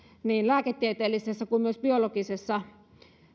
niin lääketieteellisessä kuin myös biologisessa